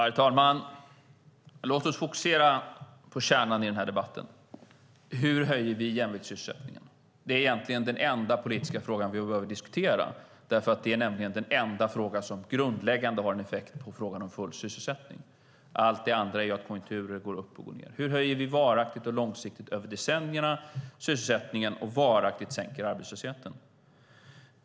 Herr talman! Låt oss fokusera på kärnan i debatten. Hur höjer vi jämviktssysselsättningen? Det är egentligen den enda politiska fråga vi behöver diskutera. Det är nämligen den enda fråga som grundläggande har en effekt på full sysselsättning. Allt det andra är att konjunkturer går upp och ned. Hur höjer vi varaktigt och långsiktigt över decennierna sysselsättningen och sänker varaktigt arbetslösheten?